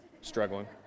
struggling